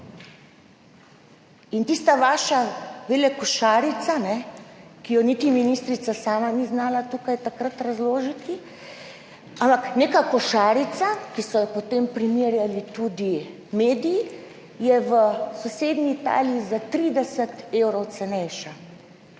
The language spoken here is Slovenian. In tista vaša velekošarica, ki je niti ministrica sama ni znala tukaj takrat razložiti, ampak neka košarica, ki so jo potem primerjali tudi mediji, je v sosednji Italiji za 30 evrov cenejša.